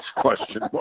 question